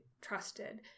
trusted